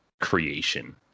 creation